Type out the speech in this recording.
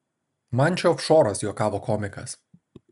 man čia ofšoras juokavo komikas